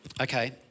Okay